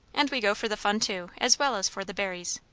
and we go for the fun too, as well as for the berries.